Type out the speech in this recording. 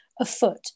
afoot